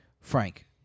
Frank